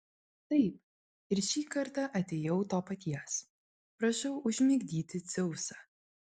taip ir šį kartą atėjau to paties prašau užmigdyti dzeusą